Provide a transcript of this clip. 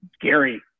Gary